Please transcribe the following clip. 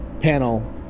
panel